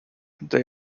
they